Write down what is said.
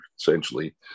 Essentially